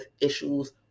issues